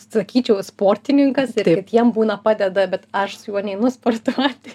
sakyčiau sportininkas ir kitiem būna padeda bet aš su juo neinu sportuoti